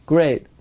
Great